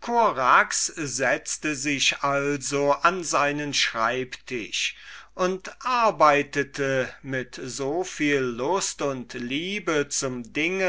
korax setzte sich also an seinen schreibtisch und arbeitete mit so viel lust und liebe zum ding